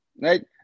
right